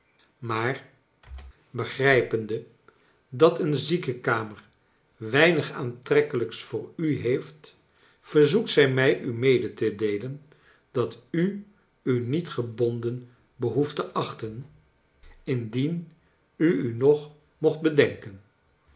maar begrijpende dat een ziekenkamer weinig aantrekkelijks voor u heeft verzoekt zij mij u mede te deelen dat u u niet gebonden behoeft te achten indien u u nog mocht bedenken